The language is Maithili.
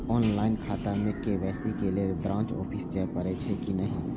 ऑनलाईन खाता में के.वाई.सी के लेल ब्रांच ऑफिस जाय परेछै कि नहिं?